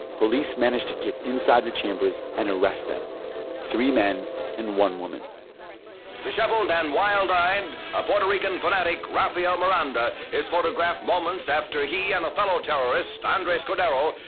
police managed to get inside the chambers and arrest them three men and one woman disheveled and wild-eyed, a puerto rican fanatic, rafael miranda, is photographed moments after he and a fellow terrorist, andres cordero,